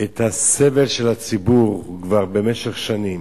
את הסבל של הציבור כבר במשך שנים.